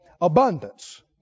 abundance